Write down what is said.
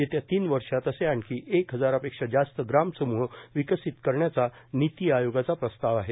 येत्या तीन वर्षात असे आणखी एक हजारापेक्षा जास्त ग्रामसमूह विकसित करण्याचा निती आयोगाचा प्रस्ताव आहे